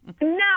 No